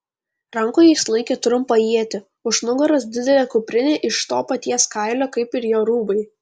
rankoje jis laikė trumpą ietį už nugaros didelė kuprinė iš to paties kailio kaip ir jo rūbai